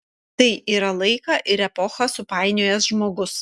tai yra laiką ir epochą supainiojęs žmogus